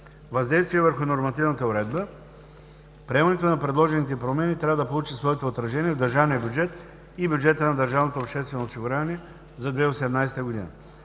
Въздействие върху нормативната уредба. Приемането на предложените промени трябва да получи своето отразяване в държавния бюджет и бюджета на държавното